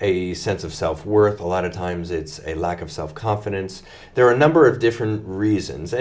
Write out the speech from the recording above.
a sense of self worth a lot of times it's a lack of self confidence there are a number of different reasons